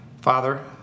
Father